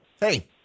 Hey